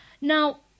Now